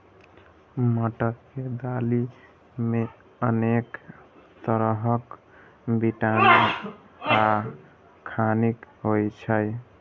मटर के दालि मे अनेक तरहक विटामिन आ खनिज होइ छै